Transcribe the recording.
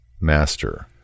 Master